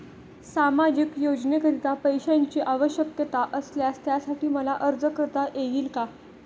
सामाजिक योजनेकरीता पैशांची आवश्यकता असल्यास त्यासाठी मला अर्ज करता येईल का?